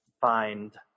find